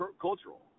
cultural